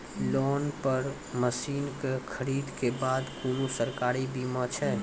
Loan पर मसीनऽक खरीद के बाद कुनू सरकारी बीमा छै?